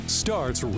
starts